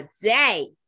today